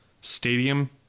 Stadium